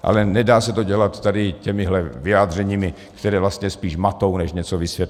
Ale nedá se to dělat tady těmihle vyjádřeními, která vlastně spíš matou než něco vysvětlují.